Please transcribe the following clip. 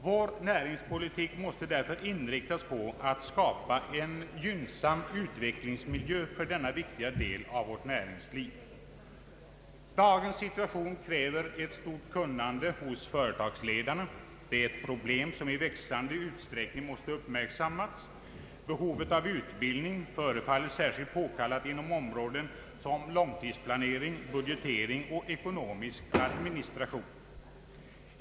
Vår näringspolitik måste därför inriktas på att skapa en gynnsam utvecklingsmiljö för denna viktiga del av vårt näringsliv. Dagens situation kräver ett stort kunnande hos företagsledarna — ett problem som i växande utsträckning måste uppmärksammas. Behovet av utbildning förefaller särskilt påkallat inom områden som långtidsplanering, budgetering och ekonomisk administration.